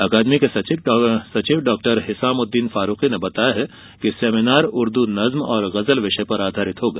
अकादमी के सचिव डॉ हिसामउद्दीन फारूकी ने बताया है कि सेमिनार उर्दू नज्म और गजल विषय पर आधारित होगा